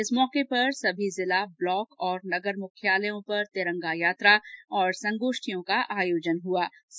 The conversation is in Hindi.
इस अवसर पर सभी जिला ब्लॉक और नगर मुख्यालयों पर तिरंगा यात्रा और संगोष्ठियों का भी आयोजन हुआ है